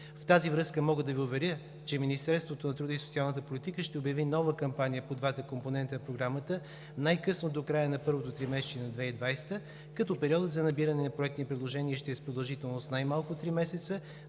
В тази връзка мога да Ви уверя, че Министерството на труда и социалната политика ще обяви нова кампания по двата компонента на Програмата най-късно до края на първото тримесечие на 2020 г., като периодът за набиране на проектни предложения ще е с продължителност най-малко три месеца,